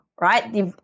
Right